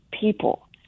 people